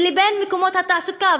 ובין מקומות התעסוקה.